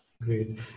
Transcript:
Great